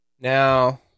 Now